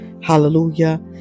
hallelujah